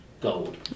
gold